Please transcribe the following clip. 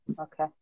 Okay